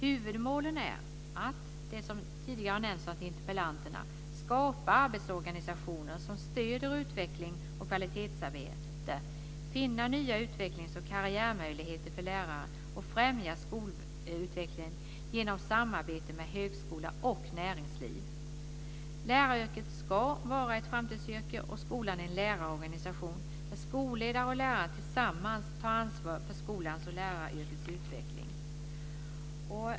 Huvudmålen är att - som tidigare har nämnts - skapa arbetsorganisationer som stöder utveckling och kvalitetsarbete, att finna nya utvecklings och karriärmöjligheter för lärare samt att främja skolutvecklingen genom samarbete med högskola och näringsliv. Läraryrket ska vara ett framtidsyrke och skolan en lärarorganisation där skolledare och lärare tillsammans tar ansvar för skolans och läraryrkets utveckling.